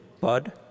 Bud